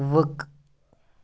ؤک